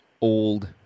old